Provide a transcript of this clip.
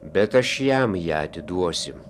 bet aš jam ją atiduosiu